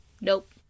Nope